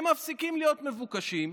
מפסיקות להיות מבוקשות.